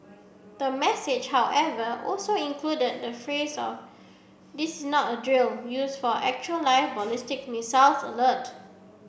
the message however also included the phrase of this is not a drill used for actual live ballistic missile alert